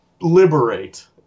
liberate